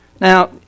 Now